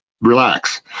relax